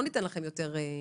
לא ניתן לכם יותר.